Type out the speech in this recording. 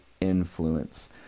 influence